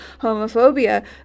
homophobia